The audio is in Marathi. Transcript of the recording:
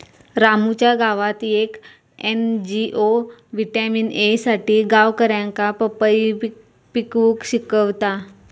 रामूच्या गावात येक एन.जी.ओ व्हिटॅमिन ए साठी गावकऱ्यांका पपई पिकवूक शिकवता